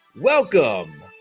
Welcome